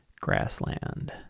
Grassland